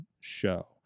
Show